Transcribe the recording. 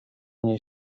mnie